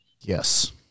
yes